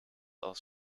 aus